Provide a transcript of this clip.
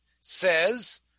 says